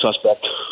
suspect